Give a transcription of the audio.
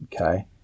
Okay